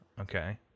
Okay